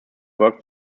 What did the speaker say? worked